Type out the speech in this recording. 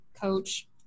coach